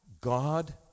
God